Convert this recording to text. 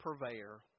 purveyor